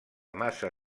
massa